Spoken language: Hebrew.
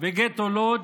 וגטו לודז'.